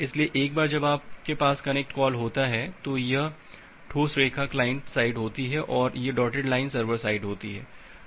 इसलिए एक बार जब आपके पास कनेक्ट कॉल होता है तो यह ठोस रेखा क्लाइंट साइड होती है और यह डॉटेड लाइन सर्वर साइड होती है